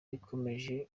yakomeje